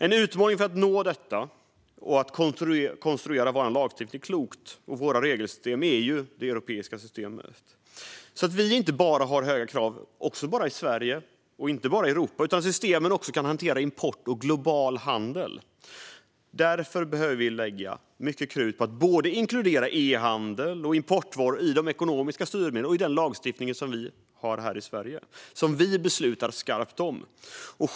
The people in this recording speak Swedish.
En utmaning för att nå detta är att konstruera vår lagstiftning och våra regelsystem klokt inom det europeiska systemet. Vi ska inte bara ha höga krav i Sverige och Europa utan systemen ska också kunna hantera import och global handel. Därför behöver vi lägga mycket krut på att inkludera ehandel och importvaror i de ekonomiska styrmedel och den lagstiftning vi har här i Sverige och som vi beslutar skarpt om.